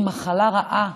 אדישות היא מחלה רעה,